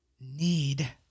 need